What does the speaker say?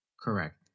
Correct